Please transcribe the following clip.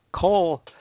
coal